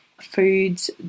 Foods